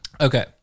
Okay